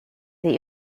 that